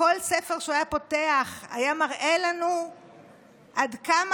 בכל ספר שהוא היה פותח הוא היה מראה לנו עד כמה